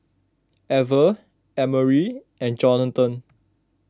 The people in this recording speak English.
Ever Emery and Johathan